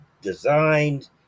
designed